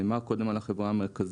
נאמר קודם על החברה המרכזית,